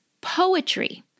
Poetry